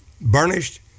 burnished